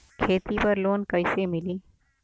खेती पर लोन कईसे मिली?